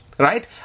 right